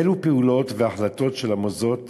"אילו פעולות והחלטות של המוסדות